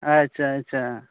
अच्छा अच्छा